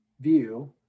view